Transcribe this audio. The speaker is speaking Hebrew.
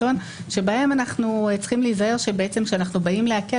הון שבהם אנחנו צריכים להיזהר שכשאנחנו באים להקל,